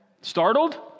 Startled